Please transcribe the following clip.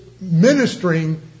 ministering